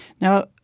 Now